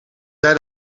zei